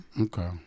Okay